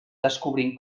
descobrint